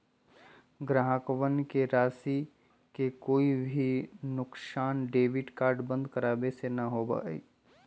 ग्राहकवन के राशि के कोई भी नुकसान डेबिट कार्ड बंद करावे से ना होबा हई